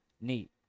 neat